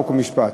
חוק ומשפט.